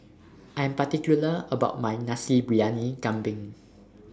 I Am particular about My Nasi Briyani Kambing